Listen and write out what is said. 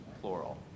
plural